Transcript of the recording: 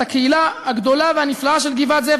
הקהילה הגדולה והנפלאה של גבעת-זאב,